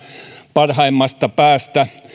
parhaimmasta päästä